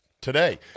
today